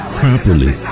properly